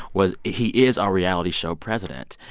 was he is a reality show president.